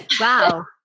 Wow